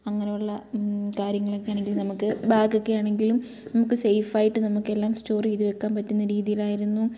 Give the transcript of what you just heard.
അങ്ങനെയുള്ള കാര്യങ്ങളൊക്കെ ആണെങ്കിലും നമുക്ക് ബാഗൊക്കെ ആണെങ്കിലും നമുക്ക് സെയിഫായിട്ട് നമുക്കെല്ലാം സ്റ്റോർ ചെയ്ത് വെയ്ക്കാൻ പറ്റുന്ന രീതിയിലായിരുന്നു